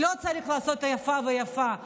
לא צריך לעשות איפה ואיפה.